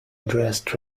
addressed